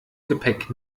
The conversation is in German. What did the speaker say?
gepäck